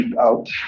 out